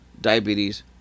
diabetes